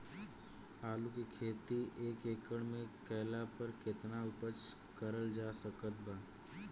आलू के खेती एक एकड़ मे कैला पर केतना उपज कराल जा सकत बा?